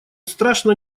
страшно